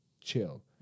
chill